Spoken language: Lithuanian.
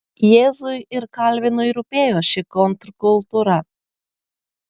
jėzui ir kalvinui rūpėjo ši kontrkultūra